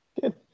Good